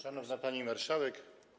Szanowna Pani Marszałek!